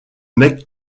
mec